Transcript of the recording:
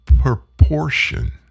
proportion